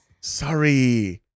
Sorry